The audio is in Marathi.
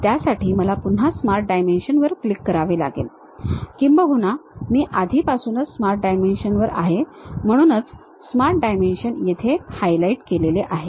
त्यासाठी मला पुन्हा Smart Dimensionवर क्लिक करावे लागेल किंबहुना मी आधीपासूनच Smart Dimensionवर आहे म्हणूनच Smart Dimension येथे हायलाइट केले आहे